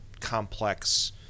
complex